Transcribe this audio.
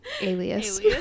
Alias